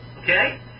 okay